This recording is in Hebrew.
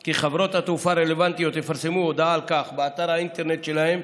כי חברות התעופה הרלוונטיות יפרסמו הודעה על כך באתר האינטרנט שלהן,